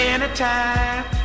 Anytime